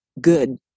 good